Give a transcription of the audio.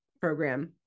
program